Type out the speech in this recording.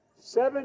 Seven